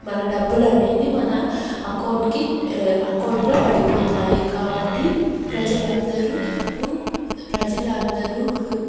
మన డబ్బులు అనేది మన అకౌంట్ కి అకౌంట్ లో పడిపోతాయి కాబట్టి ప్రజలందరూ ఉ ప్రజలందరూ